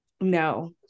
No